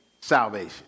salvation